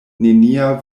nenia